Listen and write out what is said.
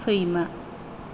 सैमा